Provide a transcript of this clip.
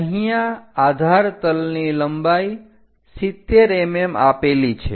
અહીંયા આધાર તલની લંબાઈ 70 mm આપેલી છે